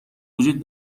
وجود